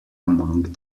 among